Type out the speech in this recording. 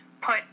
put